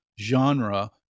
genre